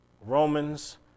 Romans